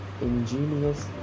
ingenious